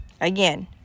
again